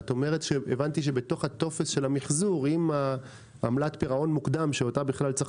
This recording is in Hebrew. והבנתי שבתוך הטופס של המחזור עם עמלת פירעון מוקדם שאותה צריך